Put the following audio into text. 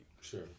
Sure